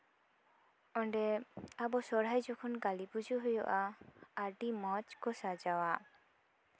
ᱚᱸᱰᱮ ᱟᱵᱚ ᱥᱚᱦᱨᱟᱭ ᱡᱚᱠᱷᱚᱱ ᱠᱟᱹᱞᱤ ᱯᱩᱡᱟᱹ ᱦᱩᱭᱩᱜᱼᱟ ᱟᱹᱰᱤ ᱢᱚᱡᱽ ᱠᱚ ᱥᱟᱡᱟᱣᱟ